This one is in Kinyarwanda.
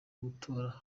gutora